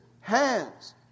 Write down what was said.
hands